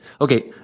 okay